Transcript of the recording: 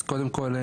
אז קודם כל,